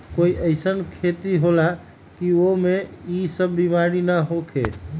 कोई अईसन खेती होला की वो में ई सब बीमारी न होखे?